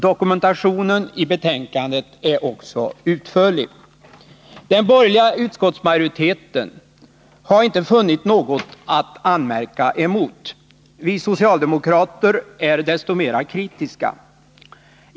Dokumentationen i betänkandet är också utförlig. Den borgerliga utskottsmajoriteten har inte funnit något att anmärka emot. Vi socialdemokrater är desto mera kritiska.